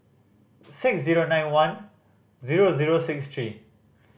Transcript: six zero nine one zero zero six three